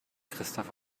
christoph